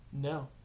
No